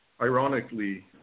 ironically